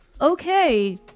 Okay